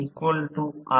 तर हे समीकरण 35 आहे